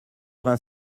vingt